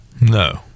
No